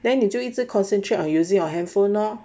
then 你就一直 concentrate on using your handphone lor